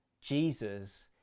Jesus